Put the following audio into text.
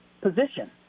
position